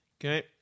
Okay